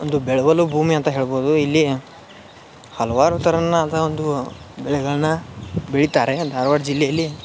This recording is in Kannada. ಒಂದು ಬೆಳವಲು ಭೂಮಿ ಅಂತ ಹೇಳ್ಬೋದು ಇಲ್ಲಿ ಹಲವಾರು ತೆರನಾದ ಒಂದು ಬೆಳೆಗಳನ್ನ ಬೆಳಿತಾರೆ ಧಾರ್ವಾಡ ಜಿಲ್ಲೆಯಲ್ಲಿ